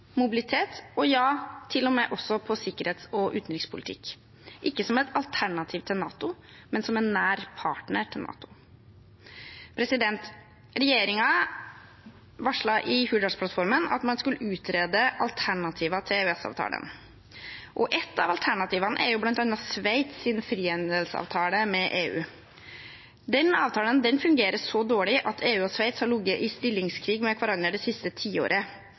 mobilitet og til og med også innen sikkerhets- og utenrikspolitikk – ikke som et alternativ til NATO, men som en nær partner til NATO. Regjeringen varslet i Hurdalsplattformen at man skulle utrede alternativer til EØS-avtalen, og et av alternativene er jo bl.a. Sveits sin frihandelsavtale med EU. Den avtalen fungerer så dårlig at EU og Sveits har ligget i stillingskrig med hverandre det siste tiåret,